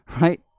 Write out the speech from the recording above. right